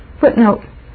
Footnote